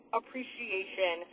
appreciation